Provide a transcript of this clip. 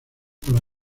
para